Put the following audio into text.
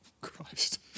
Christ